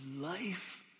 life